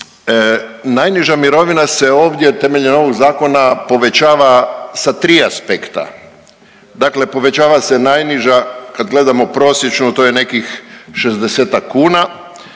najniža se mirovina ovdje temeljem ovog zakona povećava sa tri aspekta. Dakle, povećava se najniža kad gledamo prosječno to je nekih 60-tak